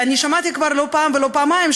שמעתי כבר לא פעם ולא פעמיים,